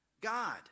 God